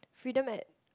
Freedom at